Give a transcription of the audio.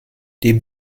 dem